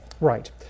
Right